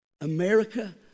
America